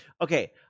Okay